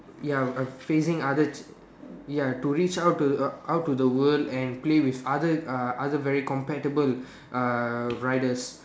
ya uh facing other ya to reach out to out to the world and play with other uh other very compatible uh riders